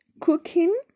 Cooking